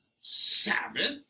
Sabbath